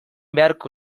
beharko